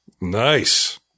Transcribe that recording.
Nice